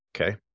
Okay